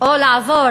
או לעבור